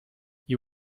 you